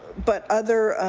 but other